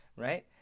right?